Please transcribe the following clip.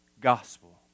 gospel